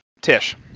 Tish